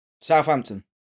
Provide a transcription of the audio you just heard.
Southampton